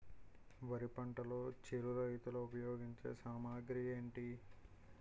వరి పంటలో చిరు రైతులు ఉపయోగించే సామాగ్రి ఏంటి?